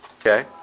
Okay